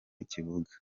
kivuga